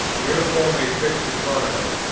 uniformly fixed upon us,